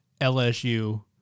LSU